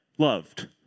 loved